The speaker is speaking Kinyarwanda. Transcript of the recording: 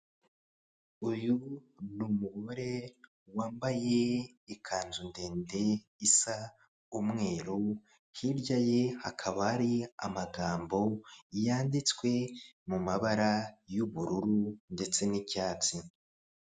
Uyu ni umugore wambaye ikanzu ndende isa umweru, hirya ye hakaba hari amagambo yanditswe mu mabara y'ubururu ndetse n'icyatsi.